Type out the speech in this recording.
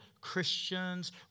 Christians